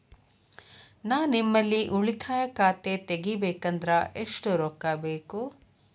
ನಾ ನಿಮ್ಮಲ್ಲಿ ಉಳಿತಾಯ ಖಾತೆ ತೆಗಿಬೇಕಂದ್ರ ಎಷ್ಟು ರೊಕ್ಕ ಬೇಕು?